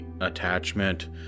attachment